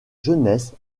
jeunesse